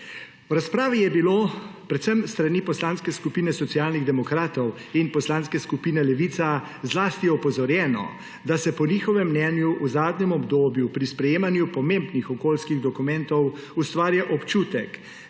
V razpravi je bilo, predvsem s strani Poslanske skupine Socialnih demokratov in Poslanske skupine Levica zlasti opozorjeno, da se po njihovem mnenju v zadnjem obdobju pri sprejemanju pomembnih okoljskih dokumentov ustvarja občutek,